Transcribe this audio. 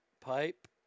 pipe